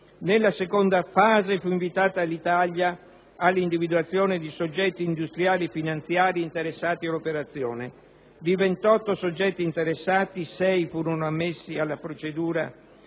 Nella seconda fase, fu invitata Alitalia all'individuazione di soggetti industriali e finanziari interessati all'operazione. Di 28 soggetti interessati, sei furono ammessi alla prosecuzione